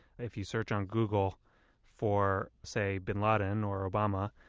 if you search on google for, say, bin laden or obama,